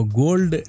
gold